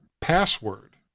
password